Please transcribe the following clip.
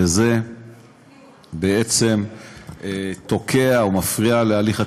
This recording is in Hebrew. וזה בעצם תוקע או מפריע להליך התכנון.